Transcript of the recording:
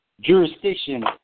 Jurisdiction